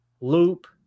loop